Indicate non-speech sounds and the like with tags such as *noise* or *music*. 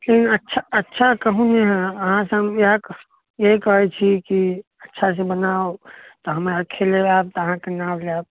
*unintelligible* अच्छा अच्छा कहु ने अहाँसँ हम इएह कहैत छी कि अच्छा से मनाउ तऽ हमरा खेले आएब तऽ अहाँके नाम लेब